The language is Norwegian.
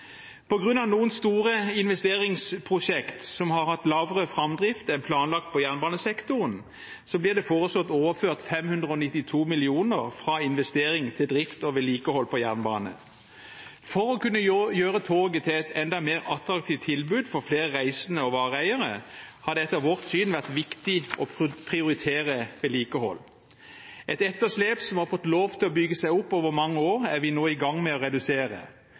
av noen store investeringsprosjekt som har hatt mindre framdrift enn planlagt på jernbanesektoren, blir det foreslått overført 592 mill. kr fra investering til drift og vedlikehold på jernbanen. For å kunne gjøre toget til et enda mer attraktivt tilbud for flere reisende og vareeiere har det etter vårt syn vært viktig å prioritere vedlikehold. Et etterslep som har fått lov til å bygge seg opp over mange år, er vi nå i gang med å redusere.